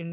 in